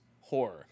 horror